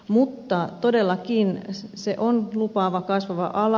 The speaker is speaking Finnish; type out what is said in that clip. mutta todellakin se on lupaava kasvava ala